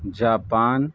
Japan